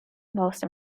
most